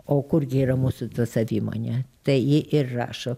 o kurgi yra mūsų ta savimonė tai ji ir rašo